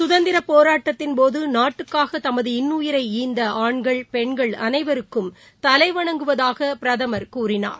கதந்திரப்போராட்டத்தின்போதுநாட்டுக்காகதமது இன்னுயிராந்தஆண்கள் பெண்கள் அனைவருக்கும் தலைவணங்குவதாகபிரதமர் கூறினார்